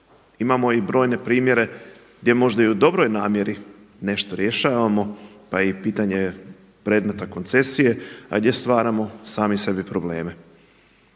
imamo i brojne primjere gdje možda i u dobroj namjeri nešto rješavamo, pa i pitanje predmeta koncesije, a gdje stvaramo sami sebi probleme.